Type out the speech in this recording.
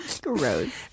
Gross